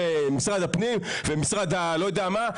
משרד הפנים ומשרד הלא יודע מה,